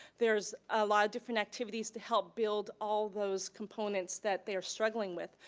there's a lot of different activities to help build all those components that they are struggling with.